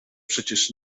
przecież